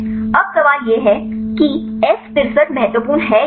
अब सवाल यह है कि यह F63 महत्वपूर्ण है या नहीं